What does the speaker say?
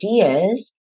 ideas